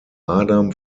adam